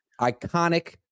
iconic